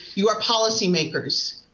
you are policymakers.